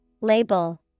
Label